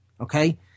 Okay